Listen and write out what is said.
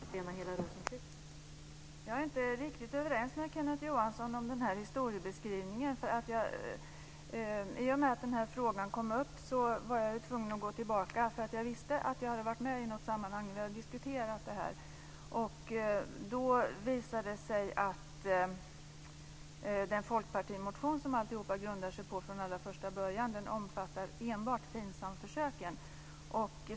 Fru talman! Jag är inte riktigt överens med Kenneth Johansson om historieskrivningen. I och med att den här frågan kom upp var jag tvungen att gå tillbaka i tiden. Jag visste att jag hade varit med i något sammanhang och diskuterat detta. Då visade det sig att den folkpartimotion som detta grundar sig på från början omfattar enbart Finsamförsöken.